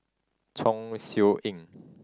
Chong Siew Ying